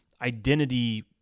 identity